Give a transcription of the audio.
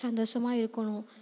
சந்தோஷமா இருக்கணும்